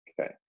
Okay